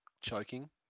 choking